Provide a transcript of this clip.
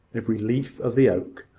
every leaf of the oak,